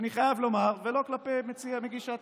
אני חייב לומר, ולא כלפי מגיש ההצעה,